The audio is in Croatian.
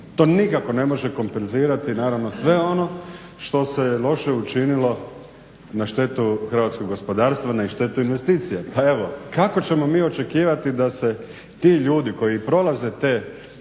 To nikako ne može kompenzirati naravno sve ono što se loše učinilo na štetu hrvatskog gospodarstva, na štetu investicija. Pa evo, kako ćemo mi očekivati da se ti ljudi koji prolaze te cikluse